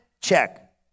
Check